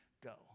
go